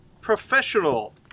professional